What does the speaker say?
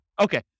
Okay